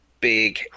big